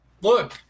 Look